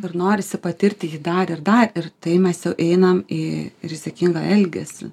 ir norisi patirti jį dar ir dar ir tai mes jau einam į rizikingą elgesį